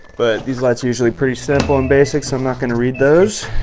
but these lights are usually pretty simple and basic so i'm not going to read those.